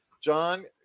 John